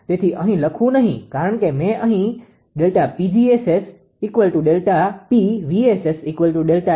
તેથી અહીં લખવું નહીં કારણ કે અહીં મેં ΔPg𝑆𝑆ΔPv𝑆𝑆ΔESS લખ્યું છે